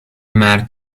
مرگ